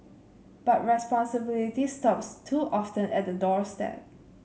but responsibility stops too often at the doorstep